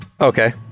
okay